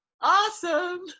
Awesome